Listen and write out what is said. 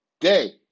day